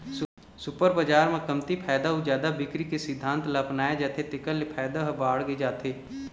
super बजार म कमती फायदा अउ जादा बिक्री के सिद्धांत ल अपनाए जाथे तेखर ले फायदा ह बाड़गे जाथे